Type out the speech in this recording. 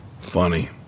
Funny